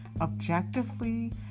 objectively